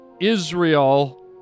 Israel